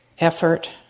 effort